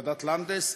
ועדת לנדס,